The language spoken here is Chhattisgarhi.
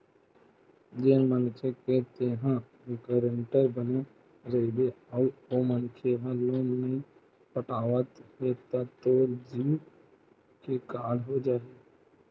जेन मनखे के तेंहा गारेंटर बने रहिबे अउ ओ मनखे ह लोन नइ पटावत हे त तोर जींव के काल हो जाही